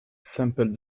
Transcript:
sampled